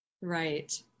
Right